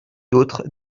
d’autre